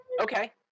Okay